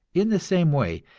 in the same way,